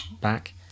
back